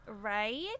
Right